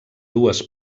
dues